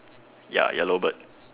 ya yellow bird